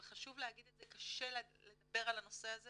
וחשוב להגיד את זה, קשה לדבר על הנושא הזה